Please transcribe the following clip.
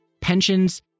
pensions